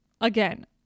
again